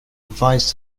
advised